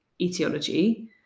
etiology